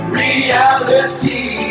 reality